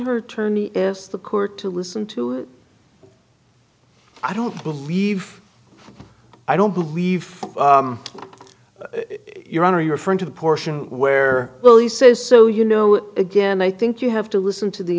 her tourney is the court to listen to i don't believe i don't believe your own are you referring to the portion where billy says so you know again i think you have to listen to the